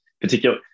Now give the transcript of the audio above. particular